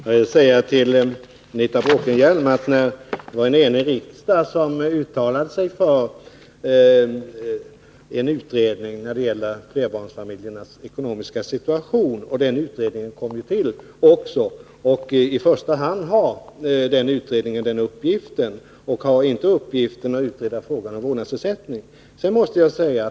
Herr talman! Jag vill säga till Anita Bråkenhielm att det var en enig riksdag som uttalade sig för en utredning när det gäller flerbarnsfamiljernas ekonomiska situation. Den utredningen kom också till. I första hand har utredningen denna uppgift. Den har däremot inte till uppgift att utreda frågan om vårdnadsersättning.